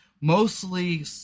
mostly